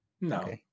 No